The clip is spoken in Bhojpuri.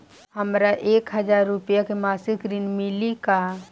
हमका एक हज़ार रूपया के मासिक ऋण मिली का?